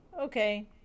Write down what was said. Okay